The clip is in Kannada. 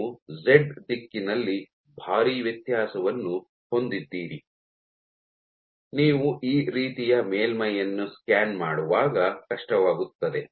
ನೀವು ಜೆಡ್ ದಿಕ್ಕಿನಲ್ಲಿ ಭಾರಿ ವ್ಯತ್ಯಾಸವನ್ನು ಹೊಂದಿದ್ದೀರಿ ನೀವು ಈ ರೀತಿಯ ಮೇಲ್ಮೈಯನ್ನು ಸ್ಕ್ಯಾನ್ ಮಾಡುವಾಗ ಕಷ್ಟವಾಗುತ್ತದೆ